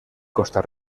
costa